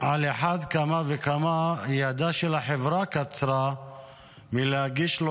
על אחת כמה וכמה ידה של החברה קצרה מלהגיש לו